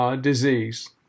disease